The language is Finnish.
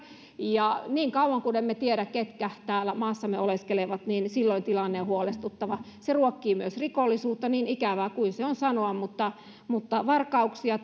ja niin kauan kuin emme tiedä ketkä täällä maassamme oleskelevat niin silloin tilanne on huolestuttava se ruokkii myös rikollisuutta niin ikävää kuin se on sanoa mutta mutta varkauksia